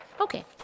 Okay